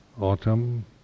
autumn